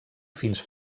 fins